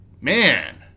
Man